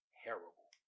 terrible